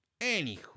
Anywho